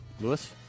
Lewis